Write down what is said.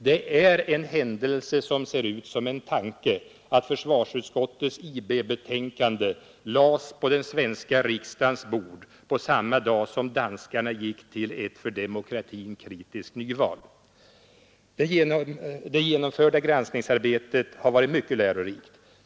Det är en händelse som ser ut som en tanke att försvarsutskottets IB-betänkande lades på den svenska riksdagens bord samma dag som danskarna gick till ett för demokratin kritiskt nyval. Det genomförda granskningsarbetet har varit mycket lärorikt.